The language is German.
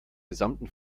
gesamten